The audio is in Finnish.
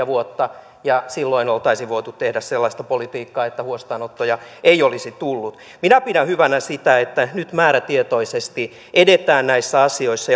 vuotta ja silloin oltaisiin voitu tehdä sellaista politiikkaa että huostaanottoja ei olisi tullut minä pidän hyvänä sitä että nyt määrätietoisesti edetään näissä asioissa